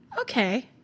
Okay